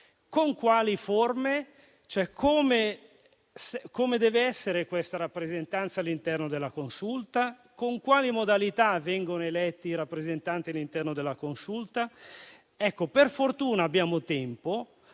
con quali forme? Come deve essere questa rappresentanza all'interno della consulta? Con quali modalità vengono eletti i rappresentanti all'interno della consulta? Per fortuna abbiamo tempo